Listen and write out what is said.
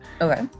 Okay